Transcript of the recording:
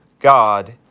God